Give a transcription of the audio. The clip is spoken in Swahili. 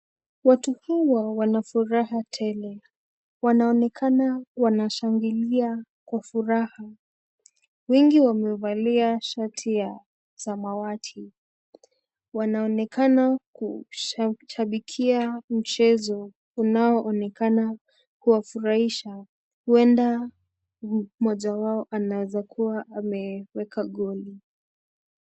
Watu hawa wana furaha tele wanaonekana wanashangilia kwa furaha . Wengi wamevalia shati ya samawati . Wanaonekana kushabikia mchezo unaonekana kuwafurahisha . Huenda mmoja wao anaweza kuwa ameeka goli.